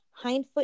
hindfoot